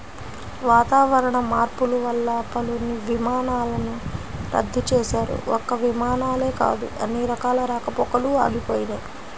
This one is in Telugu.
వాతావరణ మార్పులు వల్ల పలు విమానాలను రద్దు చేశారు, ఒక్క విమానాలే కాదు అన్ని రకాల రాకపోకలూ ఆగిపోయినయ్